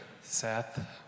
Seth